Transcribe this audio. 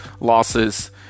losses